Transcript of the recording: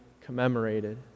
commemorated